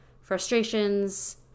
frustrations